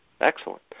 Excellent